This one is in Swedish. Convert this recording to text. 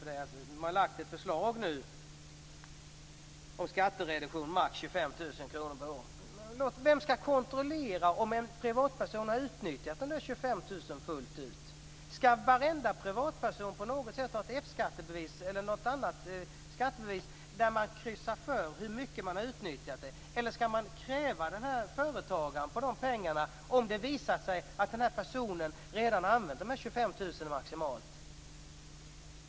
Man har nu lagt fram ett förslag om en skattereduktion på max 25 000 kr per år. Vems skall kontrollera om en privatperson har utnyttjat de där 25 000 fullt ut? Skall varenda privatperson på något sätt ha ett f-skattebevis eller något annat skattebevis där man kryssar för hur mycket man har utnyttjat? Eller skall man kräva företagaren på pengarna om det visar sig att personen redan har använt dessa 25 000 kr maximalt?